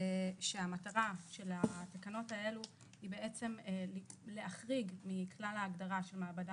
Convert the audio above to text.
כשהמטרה של התקנות האלה היא להחריג מכלל ההגדרה של מעבדה